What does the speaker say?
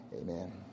Amen